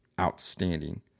outstanding